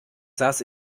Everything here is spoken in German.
saß